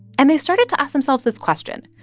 and they started to ask themselves this question.